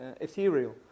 ethereal